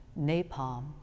Napalm